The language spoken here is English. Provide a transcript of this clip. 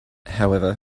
however